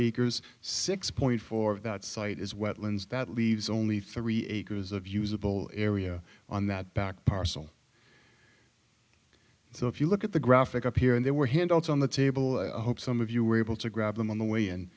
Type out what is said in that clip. acres six point four of that site is wetlands that leaves only three acres of usable area on that back parcel so if you look at the graphic up here and there were handouts on the table i hope some of you were able to grab them on the way and